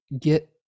get